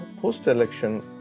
post-election